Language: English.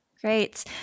Great